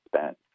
spent